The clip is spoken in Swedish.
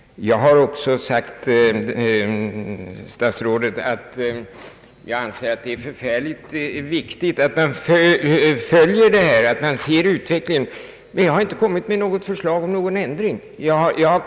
Jag har också sagt att det är viktigt att man följer utvecklingen, men jag har inte kommit med något förslag om ändring.